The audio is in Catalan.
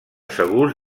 segurs